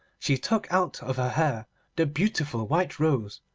she took out of her hair the beautiful white rose,